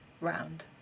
round